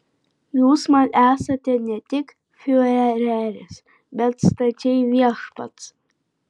jūs man esate ne tik fiureris bet stačiai viešpats